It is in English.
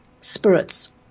spirits